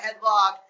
headlock